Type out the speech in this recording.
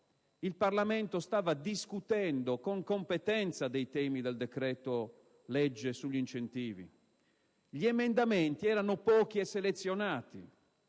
il Parlamento stava discutendo con competenza i temi del decreto‑legge sugli incentivi; gli emendamenti erano pochi e selezionati,